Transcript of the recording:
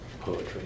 poetry